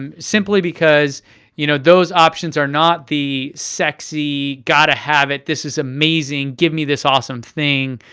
um simply because you know those options are not the sexy, gotta have it, this is amazing, give me this awesome thing,